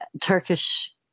Turkish